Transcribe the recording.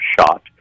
shot